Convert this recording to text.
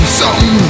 song